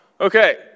Okay